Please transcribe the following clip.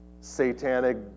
satanic